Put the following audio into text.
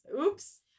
Oops